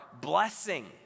blessing